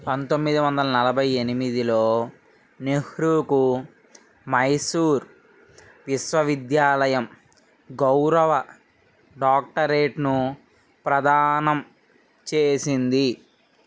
పంతొమ్మిది వందల నలభై ఎనిమిదిలో నెహ్రూకు మైసూర్ విశ్వవిద్యాలయం గౌరవ డాక్టరేట్ ను ప్రదానం చేసింది